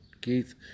Keith